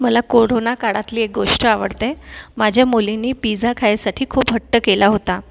मला कोरोना काळातली एक गोष्ट आवडते माझ्या मुलीनी पिझ्झा खायसाठी खूप हट्ट केला होता